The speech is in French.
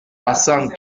passants